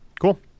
Cool